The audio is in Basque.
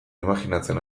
imajinatzen